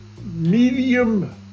medium